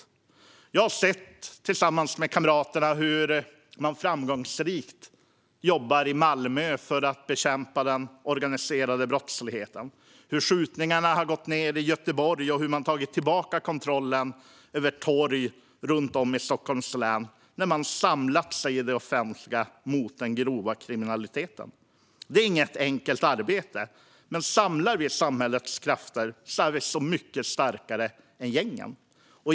Jag har tillsammans med kamraterna sett hur man framgångsrikt jobbar i Malmö för att bekämpa den organiserade brottsligheten, hur skjutningarna har gått ned i Göteborg och hur man har tagit tillbaka kontrollen över torg runt om i Stockholms län när man samlat sig i det offentliga mot den grova kriminaliteten. Det är inget enkelt arbete, men samlar vi samhällets krafter är vi så mycket starkare än gängen.